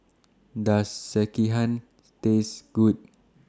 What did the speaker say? Does Sekihan Taste Good